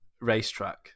racetrack